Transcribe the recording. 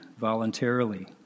voluntarily